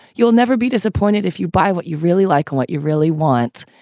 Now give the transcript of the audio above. you'll never be disappointed if you buy what you really like and what you really want.